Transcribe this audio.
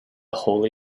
holy